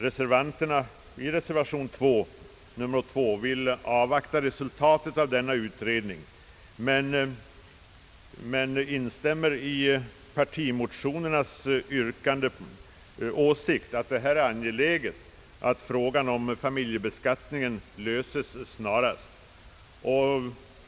Reservanterna under reservation 2 vill avvakta resultatet av denna utredning, men instämmer i partimotionernas åsikt att det är angeläget att frågan om familjebeskattningen löses snarast.